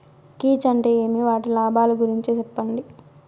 కీచ్ అంటే ఏమి? వాటి లాభాలు గురించి సెప్పండి?